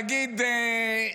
נגיד,